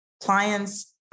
clients